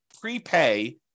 prepay